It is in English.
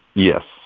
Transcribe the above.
yes.